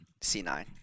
C9